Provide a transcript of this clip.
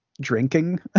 drinking